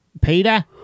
Peter